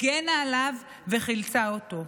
הגנה עליו וחילצה אותו.